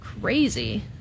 Crazy